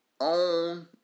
own